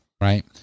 right